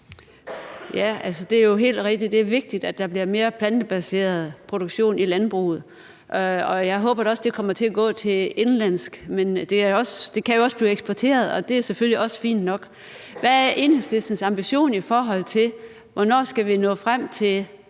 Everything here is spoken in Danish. Ja, det er jo helt rigtigt, at det er vigtigt, at der bliver mere plantebaseret produktion i landbruget. Og jeg håber da også, at det kommer til at gå indenlands, men det kan jo også blive eksporteret, og det er selvfølgelig også fint nok. Hvad er Enhedslistens ambition, i forhold til hvor mange procent